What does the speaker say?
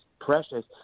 precious